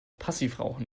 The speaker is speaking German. passivrauchen